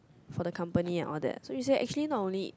for the company and all that so she say actually not only